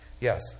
Yes